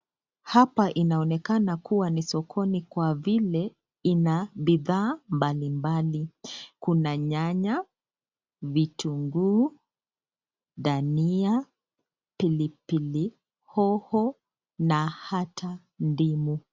Hapa inaonekana kuwa ni sokoni kwa vile ina bidhaa mbalimbali. Kuna nyanya, vitunguu, dania, pilipili hoho na hata ndimu.